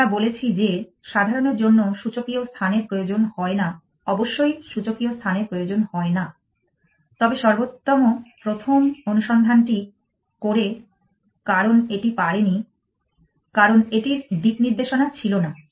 আমরা বলেছি যে সাধারণের জন্য সূচকীয় স্থানের প্রয়োজন হয় না অবশ্যই সূচকীয় স্থানের প্রয়োজন হয় না তবে সর্বোত্তম প্রথম অনুসন্ধানটি করে কারণ এটি পারেনি কারণ এটির দিকনির্দেশনা ছিল না